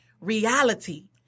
reality